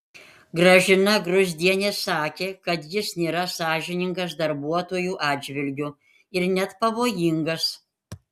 gražina gruzdienė sakė kad jis nėra sąžiningas darbuotojų atžvilgiu ir net pavojingas